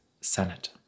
Senate